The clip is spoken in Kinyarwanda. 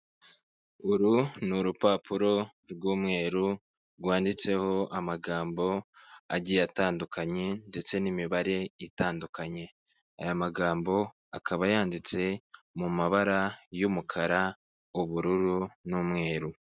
Uru ni urupapuro rw'umweru rwanditseho amagambo agiye atandukanye ,ndetse n'imibare itandukanye aya magambo akaba yanditse mu mabara y'umukara ,ubururu n'umweru.